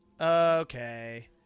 Okay